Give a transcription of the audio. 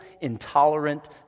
intolerant